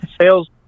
Sales